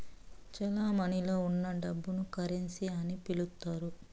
చెలమణిలో ఉన్న డబ్బును కరెన్సీ అని పిలుత్తారు